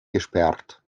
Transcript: gesperrt